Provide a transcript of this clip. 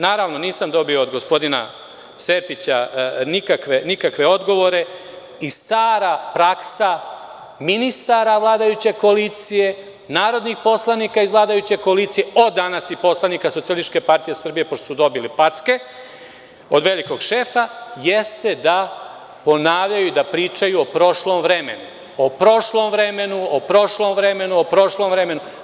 Naravno nisam dobio od gospodina Sertiće nikakve odgovore i stara praksa ministara vladajuće koalicije, narodnih poslanika iz vladajuće koalicije, od danas i poslanika SPS, pošto su dobili packe od velikog šefa, jeste da ponavljaju, da pričaju o prošlom vremenu, o prošlom vremenu, o prošlom vremenu, o prošlom vremenu.